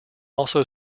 also